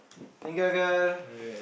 thank you uncle